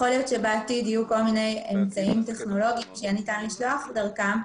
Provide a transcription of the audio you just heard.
יכול להיות שבעתיד יהיו כל מיני אמצעים טכנולוגיים שניתן לשלוח דרכם.